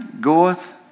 goeth